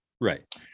Right